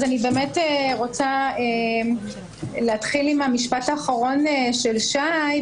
אני רוצה להתחיל עם המשפט האחרון של שי,